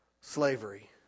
slavery